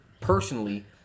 personally